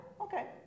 okay